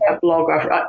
blog